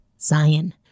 Zion